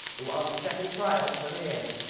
who on the second trial put it in.